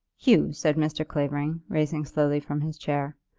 hugh, said mr. clavering, rising slowly from his chair,